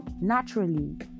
Naturally